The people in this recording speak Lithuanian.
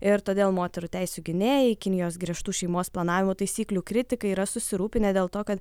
ir todėl moterų teisių gynėjai kinijos griežtų šeimos planavimo taisyklių kritikai yra susirūpinę dėl to kad